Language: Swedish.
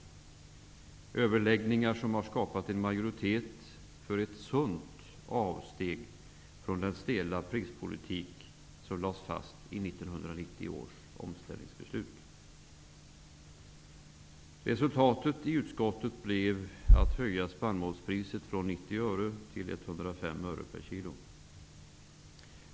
Dessa överläggningar har skapat en majoritet för ett sunt avsteg från den stela prispolitik som lades fast i 1990 Resultatet av överläggningarna i utskottet blev att man beslutade föreslå en höjning av spannmålspriset från 90 till 105 öre per kilo.